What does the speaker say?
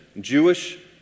Jewish